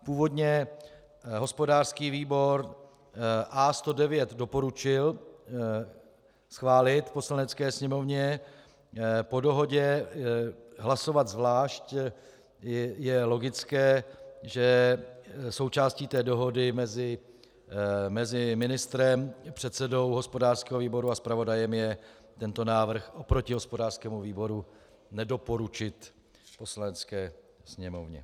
Původně hospodářský výbor A109 doporučil schválit Poslanecké sněmovně, po dohodě hlasovat zvlášť je logické, že součástí té dohody mezi ministrem, předsedou hospodářského výboru a zpravodajem je tento návrh oproti hospodářskému výboru nedoporučit Poslanecké sněmovně.